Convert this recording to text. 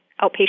outpatient